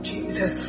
Jesus